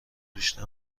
بیشتر